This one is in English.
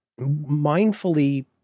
mindfully